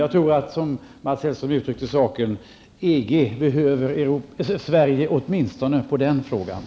Jag tror att, som Mats Hellström uttryckte saken, EG behöver Sverige åtminstone i det avseendet.